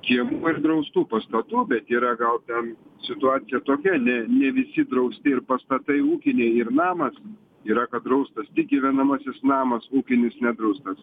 kiemų ir draustų pastatų bet yra gal ten situacija tokia ne ne visi drausti ir pastatai ūkiniai ir namas yra kad draustas tik gyvenamasis namas ūkinis ne draustas